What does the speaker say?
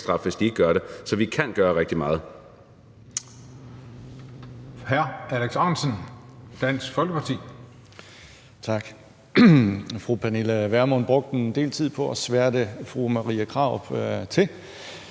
Så vi kan gøre rigtig meget.